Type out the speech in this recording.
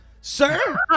sir